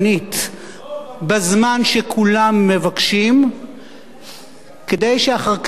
קמצנית בזמן שכולם מבקשים כדי שאחר כך לא